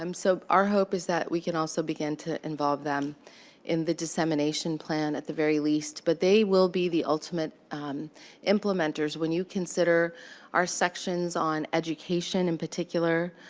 um so, our hope is that we can also begin to involve them in the dissemination plan at the very least. but they will be the ultimate implementers. when you consider our sections on education in particular,